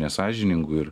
nesąžiningų ir